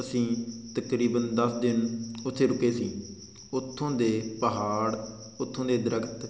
ਅਸੀਂ ਤਕਰੀਬਨ ਦਸ ਦਿਨ ਉੱਥੇ ਰੁਕੇ ਸੀ ਉੱਥੋਂ ਦੇ ਪਹਾੜ ਉੱਥੋਂ ਦੇ ਦਰਖਤ